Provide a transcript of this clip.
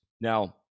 Now